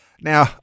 Now